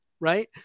right